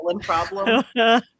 problem